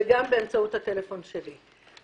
וגם באמצעות הטלפון שלי.